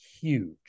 huge